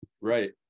right